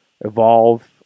Evolve